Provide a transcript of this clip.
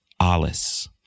Alice